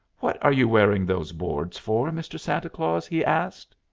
what are you wearing those boards for, mr. santa claus? he asked.